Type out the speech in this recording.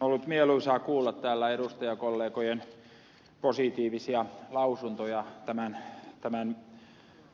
on ollut mieluisaa kuulla täällä edustajakollegojen positiivisia lausuntoja tämän